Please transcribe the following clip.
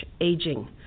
aging